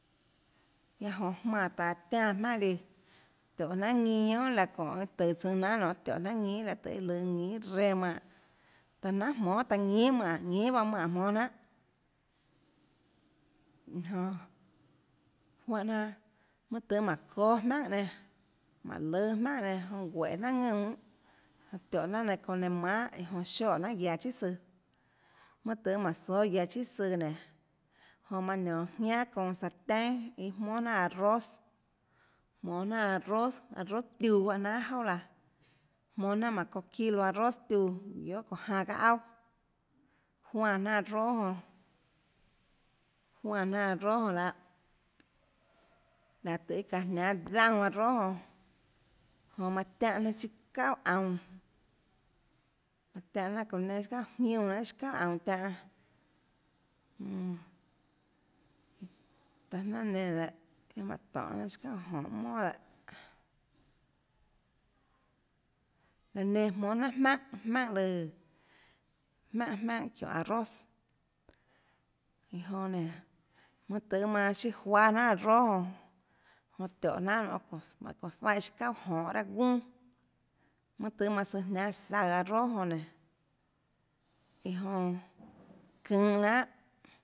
Guiaâ jonã jmánã taã tiánã jmaùnhà líã tiónhå jnanà ñinâ ñiónà laå çónhã tøå tsùnâ jnanà tiónhå jnanà ñinâ aã tøhê lùâ ñinhà reã manè taã jnanhà jmónâ taã ñinhà manè ñinhà bahâ manè jmónâ jnanhàiã jonã juánhã jnanàmønâ tøhê mánhå çoâ jmaùnhà nenã mánhå lùâ jmaùnhà nenã jonã guéhå jnanhà ðuúnã jonã tiónhå jnanhà çounã nainhå manhàsioè jnanà guiaå chíà søã mønâ tøhê mánhå sóâ guiaå chíà søã nénå jonã manã nionå jiánà çounã sarten iã jmónà jnanhà arroz jmonê jnanhà arroz arroz tiuãjuáhã jnanhà iâ jouà laã jmonå jnanà jmánhå çounã çilo arroz tiuã guiohà çounã janã çaâ auàjuánã jnanà arroz jonãjuánã jnanà arroz jonã lahâ laã tøhê iâ çaã jniánâ daúnã arroz jonã jonã manã tiánhã jnanà siâ çauà aunãtiánhå jnanà çounã neinâ siâ çuaà jiúnã jnanà siâ çauàaunã tiánhå mmm taã jnanà nenã dehâ mánhå tonê jnanà siâ çauà jonhå monà dehâ laã nenã jmónâ jnanhà jmaùnhà lùãjmaùnhàjmaùnhà çiónhåarroz iã jonã nénå mønâ tøhê manã siâ juáâ jnanà arroz jonã jonã tiónhå jnanhà jmánhå çounã zaiè siâ çauà jonhå raâ guunàmønâ tøhê manã søã jniánâ saøhå arroz jonã nénå iã jonãçaønhå jnanà